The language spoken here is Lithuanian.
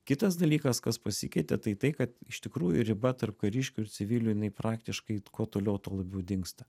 kitas dalykas kas pasikeitė tai tai kad iš tikrųjų riba tarp kariškių ir civilių jinai praktiškai kuo toliau tuo labiau dingsta